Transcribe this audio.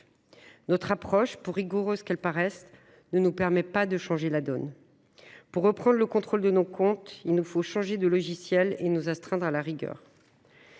notre approche, pour rigoureuse qu’elle paraisse, ne nous permet pas de changer la donne. Pour reprendre le contrôle de nos comptes, il nous faut changer de logiciel et nous astreindre à la rigueur.